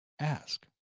ask